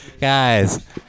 Guys